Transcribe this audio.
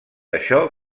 això